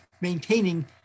maintaining